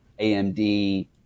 AMD